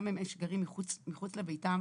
גם אלה שגרים מחוץ לביתם,